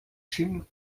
jim